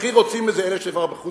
הכי רוצים את זה אלה שכבר בחוץ-לארץ,